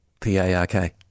P-A-R-K